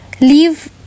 leave